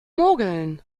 mogeln